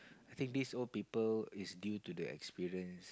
I think these old people is due to the experience